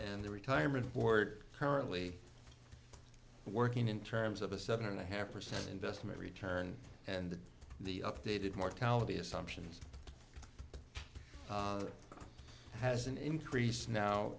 and the retirement board currently working in terms of a seven and a half percent investment return and the updated mortality assumptions has an increase now